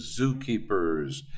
zookeepers